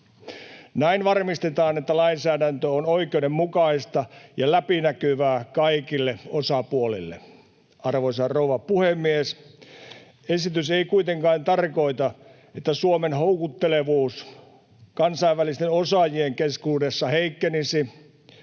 Näin varmistetaan, että lainsäädäntö on oikeudenmukaista ja läpinäkyvää kaikille osapuolille. Arvoisa rouva puhemies! Esitys ei kuitenkaan tarkoita, että Suomen houkuttelevuus kansainvälisten osaajien keskuudessa heikkenisi.